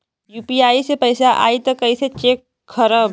UPI से पैसा आई त कइसे चेक खरब?